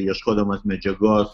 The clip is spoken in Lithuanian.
ieškodamas medžiagos